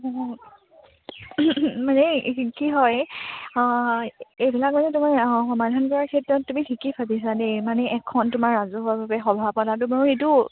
অঁ মানে কি হয় এইবিলাক মান তোমাৰ সমাধান কৰাৰ ক্ষেত্ৰত তুমি ঠিকেই ভাবিছা দেই মানে এখন তোমাৰ ৰাজহুৱাভাবে সভা পতাটো বাৰু এইটো